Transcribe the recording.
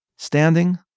standing